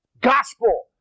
gospel